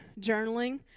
journaling